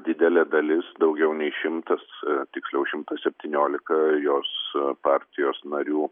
didelė dalis daugiau nei šimtas tiksliau šimtas septyniolika jos partijos narių